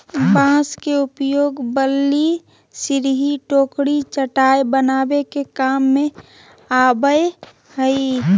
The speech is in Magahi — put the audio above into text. बांस के उपयोग बल्ली, सिरही, टोकरी, चटाय बनावे के काम आवय हइ